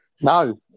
No